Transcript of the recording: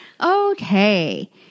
Okay